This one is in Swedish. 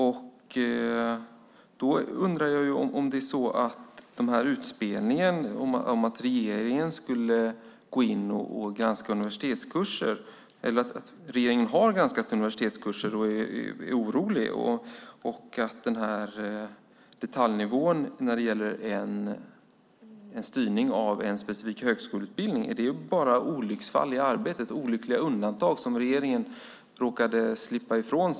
Jag undrar om utspelen om att regeringen har granskat universitetskurser och är orolig och om en styrning av en specifik högskoleutbildning bara är olycksfall i arbetet och undantag som regeringen råkat göra sig skyldig till.